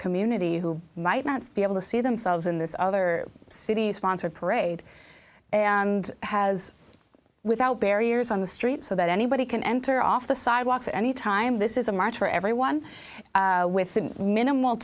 community who might not be able to see themselves in this other city sponsored parade and has without barriers on the street so that anybody can enter off the sidewalks at any time this is a march for everyone with minimal